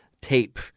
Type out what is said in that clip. tape